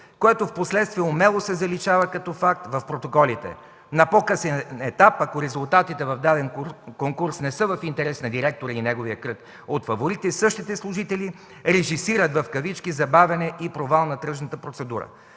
което в последствие умело се заличава като факт в протоколите. На по-късен етап, ако резултатите в даден конкурс не са в интерес на директора и неговия кръг от фаворити, същите служители „режисират” забавяне и провал на тръжната процедура.